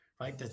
Right